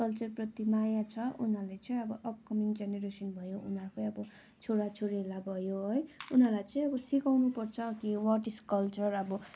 कल्चरप्रति माया छ उनीहरूले चाहिँ अब अपकमिङ जेनेरेसन भयो उनीहरूकै अब छोराछोरीहरूलाई भयो है उनीहरूलाई चाहिँ अब सिकाउनुपर्छ कि वाट इज कल्चर अब